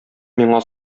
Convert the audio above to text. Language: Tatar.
миңа